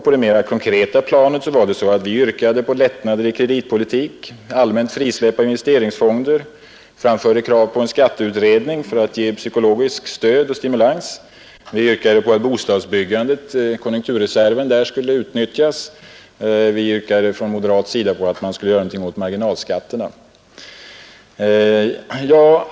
På det mera konkreta planet yrkade vi på lättnader i kreditpolitiken, ett allmänt frisläppande av investeringsfonder och framför allt en skatteutredning för att ge ekonomiskt stöd och stimulans. Vi krävde att konjunkturreserven i fråga om bostadsbyggande skulle utnyttjas samt att man skulle göra något åt marginalskatterna.